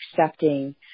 accepting